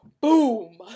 Boom